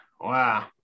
Wow